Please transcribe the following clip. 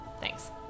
Thanks